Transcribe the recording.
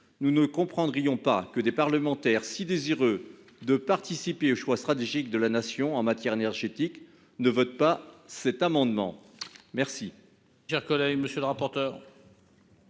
Nous ne comprendrions pas que des parlementaires si désireux de participer aux choix stratégiques de la Nation en matière énergétique ne votent pas cet amendement. Quel